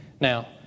Now